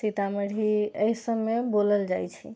सीतामढ़ी एहिसभमे बोलल जाइ छै